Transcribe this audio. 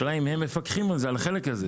השאלה אם הם מפקחים על החלק הזה.